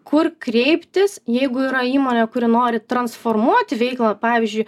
kur kreiptis jeigu yra įmonė kuri nori transformuot veiklą pavyzdžiui